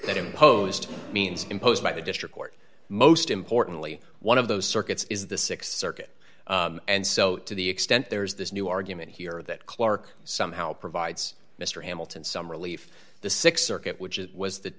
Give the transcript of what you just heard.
that imposed means imposed by the district court most importantly one of those circuits is the th circuit and so to the extent there is this new argument here that clarke somehow provides mr hamilton some relief the th circuit which it was the